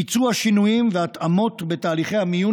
ביצוע שינויים והתאמות בתהליכי המיון